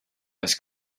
was